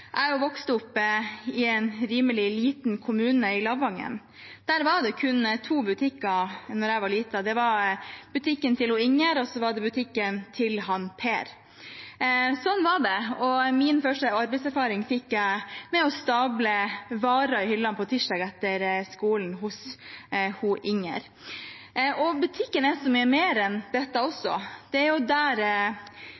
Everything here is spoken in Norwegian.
Jeg har vokst opp i en rimelig liten kommune, i Lavangen. Der var det kun to butikker da jeg var liten. Det var butikken til ho Inger, og så var det butikken til han Per. Sånn var det. Og min første arbeidserfaring fikk jeg med å stable varer i hyllene hos ho Inger på tirsdager etter skolen. Butikken er så mye mer enn dette